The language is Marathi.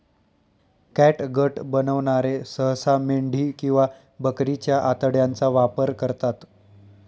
कॅटगट बनवणारे सहसा मेंढी किंवा बकरीच्या आतड्यांचा वापर करतात